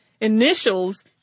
initials